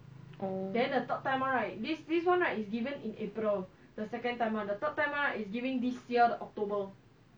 orh